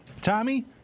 Tommy